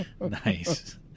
nice